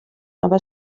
aber